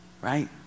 Right